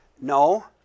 No